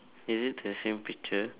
is it the same picture